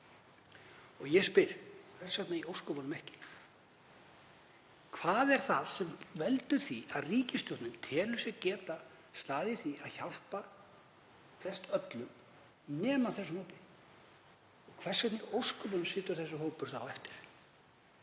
Ég spyr: Hvers vegna í ósköpunum ekki? Hvað er það sem veldur því að ríkisstjórnin telur sig geta hjálpað flestöllum nema þessum hópi? Hvers vegna í ósköpunum situr þessi hópur eftir?